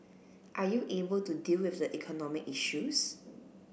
are you able to deal with the economic issues